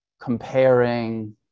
comparing